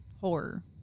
horror